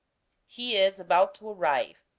he is about to arrive.